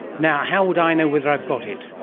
now, how would i know whether i've got it?